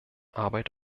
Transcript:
arbeit